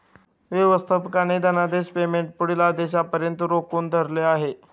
व्यवस्थापकाने धनादेश पेमेंट पुढील आदेशापर्यंत रोखून धरले आहे